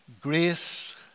Grace